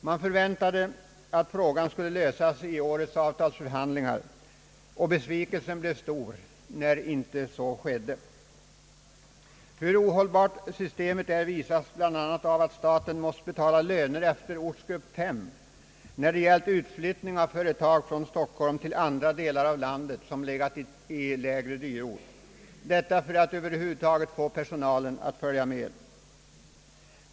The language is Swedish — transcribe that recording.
Man förväntade att frågan skulle lösas i årets avtalsförhandlingar, och besvikelsen blev stor när så inte skedde. Hur ohållbar dyrortsgrupperingen är visas bland annat av att staten måst betala löner efter ortsgrupp 5 när det gällt utflyttning av företag från Stockholm till andra delar av landet som legat i lägsta ortsgruppen, för att över huvud taget personalen skulle följa med.